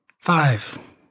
Five